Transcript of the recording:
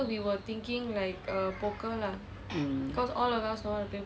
mm